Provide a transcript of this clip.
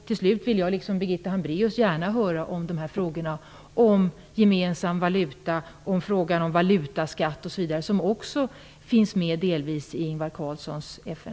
Jag vill liksom Birgitta Hambraeus gärna höra om frågorna om gemensam valuta, valutaskatt osv., som också delvis finns med i Ingvar Carlssons FN